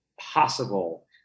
possible